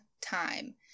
time